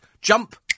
jump